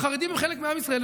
החרדים הם חלק מעם ישראל,